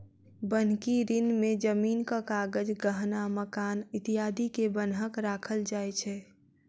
बन्हकी ऋण में जमीनक कागज, गहना, मकान इत्यादि के बन्हक राखल जाय छै